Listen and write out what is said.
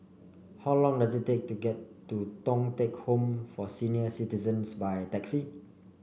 how long does it take to get to Thong Teck Home for Senior Citizens by taxi